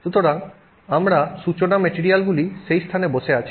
সুতরাং আমাদের সূচনা মেটেরিয়ালগুলি সেই স্থানে বসে আছে